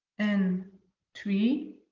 and three.